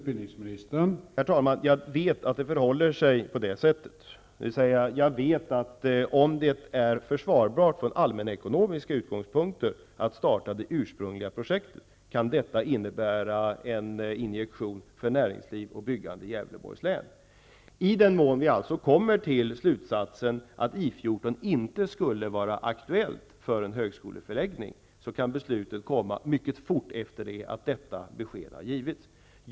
Herr talman! Jag vet att det förhåller sig på det sättet. Om det är försvarbart från allmänekonomiska utgångspunkter att starta det ursprungliga projektet, kan detta innebära en injektion för näringsliv och byggande i Gävleborgs län. I den mån vi kommer till slutsatsen att I 14 inte skulle vara aktuellt för en högskoleförläggning, kan beslutet fattas mycket fort efter det att detta besked har givits.